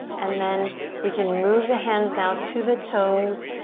and then we can move the hands now to the toes.